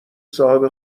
صاحب